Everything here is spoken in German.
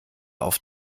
auf